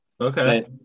Okay